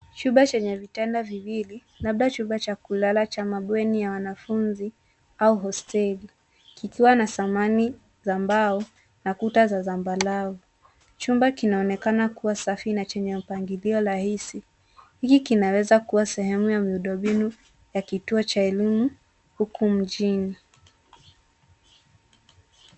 Chumba chenye vitanda viwili labda chumba cha kulala cha mabweni ya wanafunzi au hosteli, kikiwa na samani za mbao na kuta za zambarau. Chumba kinaonekana kuwa safi na chenye mpangilio rahisi. Hiki kinaweza kuwa sehemu ya miundo mbinu ya kituo cha elimu huku mjini.